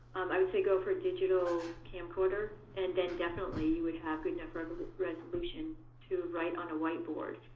i would say go for a digital camcorder, and then definitely you would have good enough resolution resolution to write on a whiteboard.